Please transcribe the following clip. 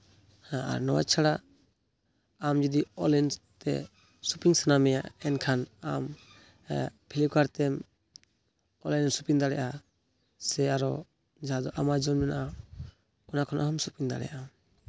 ᱟᱨ ᱱᱚᱣᱟ ᱪᱷᱟᱲᱟ ᱟᱢ ᱡᱩᱫᱤ ᱚᱱᱞᱟᱭᱤᱱ ᱛᱮ ᱥᱚᱯᱤᱝ ᱥᱟᱱᱟ ᱢᱮᱭᱟ ᱮᱱᱠᱷᱟᱱ ᱟᱢ ᱯᱷᱤᱞᱤᱯᱠᱟᱨᱴ ᱛᱮᱢ ᱚᱱᱞᱟᱭᱤᱱ ᱨᱮᱢ ᱥᱚᱯᱤᱝ ᱫᱟᱲᱮᱭᱟᱜᱼᱟ ᱥᱮ ᱟᱨᱚ ᱡᱟᱦᱟᱸ ᱫᱚ ᱟᱢᱟᱡᱚᱱ ᱢᱮᱱᱟᱜᱼᱟ ᱚᱱᱟ ᱠᱷᱚᱱᱟᱜ ᱦᱚᱢ ᱥᱚᱯᱤᱝ ᱫᱟᱲᱮᱭᱟᱜᱼᱟ